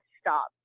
stop